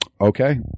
Okay